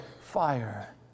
fire